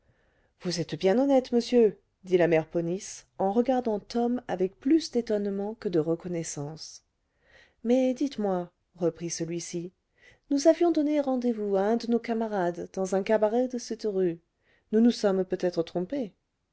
vous êtes bien honnête monsieur dit la mère ponisse en regardant tom avec plus d'étonnement que de reconnaissance mais dites-moi reprit celui-ci nous avions donné rendez-vous à un de nos camarades dans un cabaret de cette rue nous nous sommes peut-être trompés